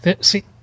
See